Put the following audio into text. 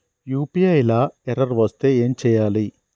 UPI లా error వస్తే ఏం చేయాలి?